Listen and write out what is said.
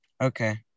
okay